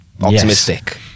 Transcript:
optimistic